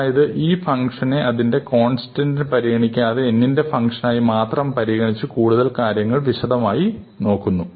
അതായത് ഈ ഫംഗ്ഷനെ അതിന്റ കോൺസ്റ്റന്റിനെ പരിഗണിക്കാതെ n ന്റെ ഫംഗ്ഷനായി മാത്രം പരിഗണിച്ച കൂടുതൽ കാര്യങ്ങൾ വിശദമായി നോക്കുന്നു